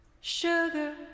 Sugar